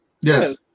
Yes